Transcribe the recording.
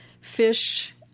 Fish